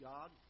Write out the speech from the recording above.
God